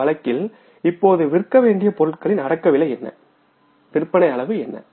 இந்த வழக்கில் இப்போதுவிற்க வேண்டிய பொருட்களின் அடக்கவிலை என்ன விற்பனை அளவு என்ன